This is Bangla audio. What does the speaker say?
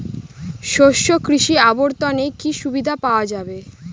শস্য কৃষি অবর্তনে কি সুবিধা পাওয়া যাবে?